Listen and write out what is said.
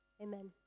Amen